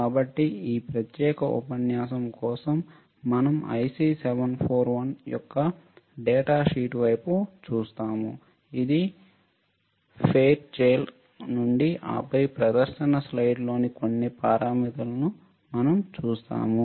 కాబట్టి ఈ ప్రత్యేక ఉపన్యాసం కోసం మనం IC 741 యొక్క డేటా షీట్ వైపు చూస్తాము ఇది ఫెయిర్చైల్డ్ నుండి ఆపై ప్రదర్శన స్లైడ్లోని కొన్ని పారామితులను మనం చూస్తాము